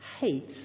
hate